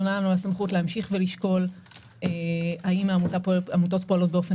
הסמכות להמשיך לשקול האם העמותות פועלות באופן